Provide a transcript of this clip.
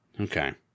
Okay